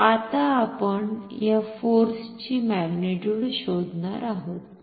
तर आता आपण या फोर्सची मॅग्निट्युड शोधणार आहोत